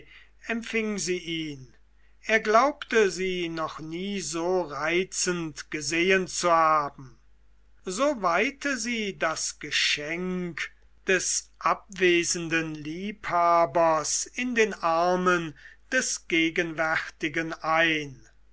empfing sie ihn er glaubte sie noch nie so reizend gesehen zu haben so weihte sie das geschenk des abwesenden liebhabers in den armen des gegenwärtigen ein